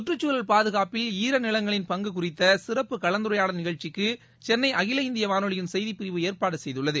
கற்றுச்சூழல் பாதுகாப்பில் ஈர நிலங்களின் பங்கு குறித்த சிறப்பு கலந்துரையாடல் நிஷழ்ச்சிக்கு சென்ளை அகில இந்திய வானொலியின் செய்திப்பிரிவு ஏற்பாடு செய்துள்ளது